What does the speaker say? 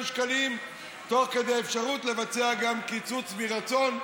שקלים תוך כדי אפשרות לבצע גם קיצוץ מרצון,